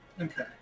Okay